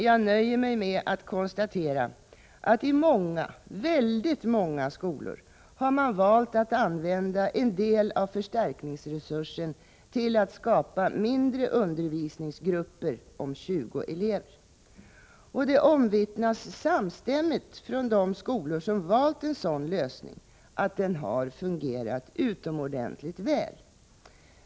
Jag nöjer mig med att konstatera att man i många — väldigt många — skolor har valt att använda en del av förstärkningsresursen till att skapa mindre undervisningsgrupper om 20 elever. Det omvittnas samstämmigt från de skolor som valt en sådan lösning att den har fungerat utomordentligt väl.